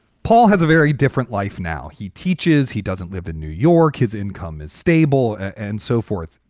paul has a very different life now. he teaches. he doesn't live in new york. his income is stable and so forth.